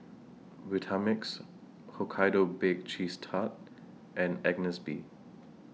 Vitamix Hokkaido Baked Cheese Tart and Agnes B